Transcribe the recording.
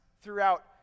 throughout